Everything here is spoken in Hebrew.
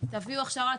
תביאו הכשרה,